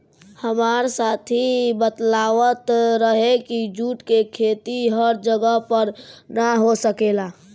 हामार साथी बतलावत रहे की जुट के खेती हर जगह पर ना हो सकेला